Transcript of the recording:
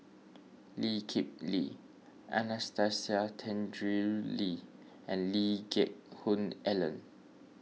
Lee Kip Lee Anastasia Tjendri Liew and Lee Geck Hoon Ellen